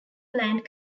planned